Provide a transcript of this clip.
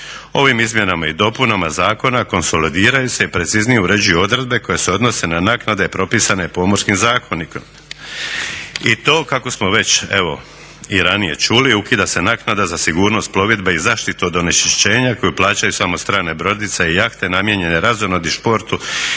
Ovim izmjenama i dopunama zakona konsolidiraju se i preciznije uređuju odredbe koje se odnose na naknade propisane Pomorskim zakonikom i to kako smo već i ranije čuli ukida se naknada za sigurnost plovidbe i zaštitu od onečišćenja koju plaćaju samo strane brodice namijenjene razonodi, športu